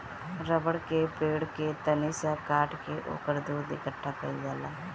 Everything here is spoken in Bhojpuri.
रबड़ के पेड़ के तनी सा काट के ओकर दूध इकट्ठा कइल जाला